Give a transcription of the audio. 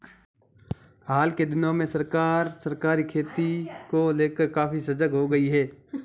हाल के दिनों में सरकार सहकारी खेती को लेकर काफी सजग हो गई है